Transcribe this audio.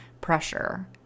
pressure